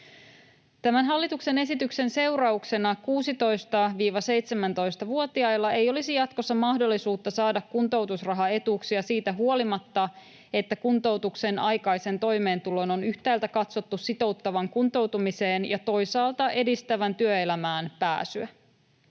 Tämän hallituksen esityksen seurauksena 16—17-vuotiailla ei olisi jatkossa mahdollisuutta saada kuntoutusrahaetuuksia siitä huolimatta, että kuntoutuksen aikaisen toimeentulon on yhtäältä katsottu sitouttavan kuntoutumiseen ja toisaalta edistävän työelämään pääsyä.